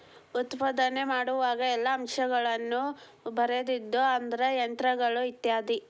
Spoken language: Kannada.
ಉತ್ಪಾದನೆ ಮಾಡುವಾಗ ಎಲ್ಲಾ ಅಂಶಗಳನ್ನ ಬರದಿಡುದು ಅಂದ್ರ ಯಂತ್ರಗಳು ಇತ್ಯಾದಿ